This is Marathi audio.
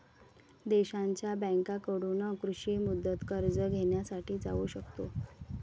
देशांच्या बँकांकडून कृषी मुदत कर्ज घेण्यासाठी जाऊ शकतो